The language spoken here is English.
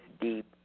deep